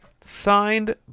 Signed